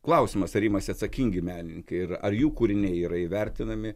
klausimas ar imasi atsakingi menininkai ir ar jų kūriniai yra įvertinami